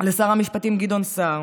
לשר המשפטים גדעון סער,